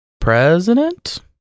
president